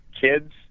kids